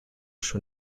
schon